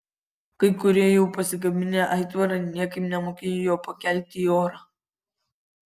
kai kurie jau pasigaminę aitvarą niekaip nemokėjo jo pakelti į orą